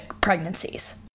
pregnancies